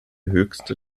höchste